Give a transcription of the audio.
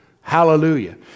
Hallelujah